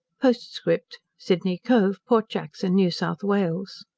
postscript sydney cove, port jackson, new south wales.